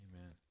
Amen